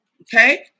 Okay